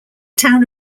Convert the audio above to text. town